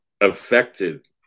affected